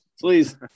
Please